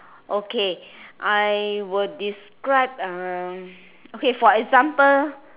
okay I will describe uh okay for example